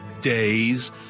days